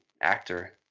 actor